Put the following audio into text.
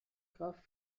kraft